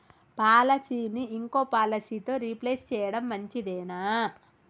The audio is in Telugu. పాలసీని ఇంకో పాలసీతో రీప్లేస్ చేయడం మంచిదేనా?